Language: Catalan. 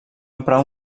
emprar